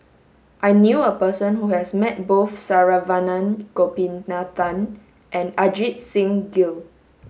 I knew a person who has met both Saravanan Gopinathan and Ajit Singh Gill